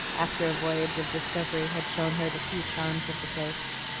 after a voyage of discovery had shown her the few charms of the place.